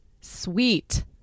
sweet